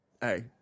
hey